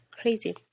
crazy